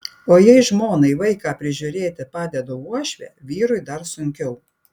o jei žmonai vaiką prižiūrėti padeda uošvė vyrui dar sunkiau